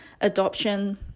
adoption